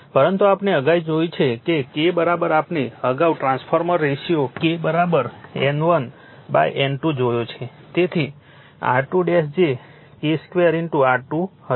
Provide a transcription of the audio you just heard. પરંતુ આપણે અગાઉ જોયું છે કે K આપણે અગાઉ transfer ratio K N1 N2 જોયો છે તેથી R2 જે K 2 R2 હશે